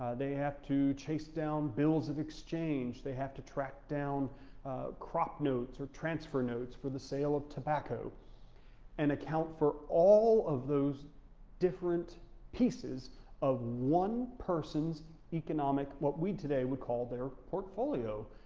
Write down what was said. they have to chase down bills of exchange, they have to track down crop notes or transfer notes for the sale of tobacco and account for all of those different pieces of one person's economic, what we today would call their portfolio,